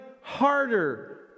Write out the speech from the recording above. harder